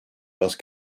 parce